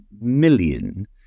million